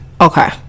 Okay